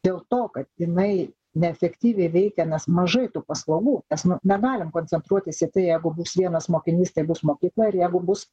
dėl to kad jinai neefektyviai veikia nes mažai tų paslaugų mes negalime koncentruotis į tai jeigu bus vienas mokinys tai bus mokykla ir jeigu bus